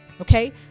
okay